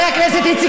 לא דו-שיח.